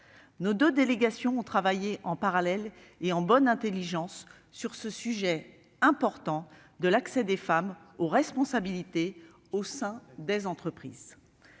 Nos deux délégations ont travaillé parallèlement, en bonne intelligence, sur le sujet important de l'accès des femmes aux responsabilités au sein des entreprises.